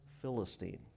Philistine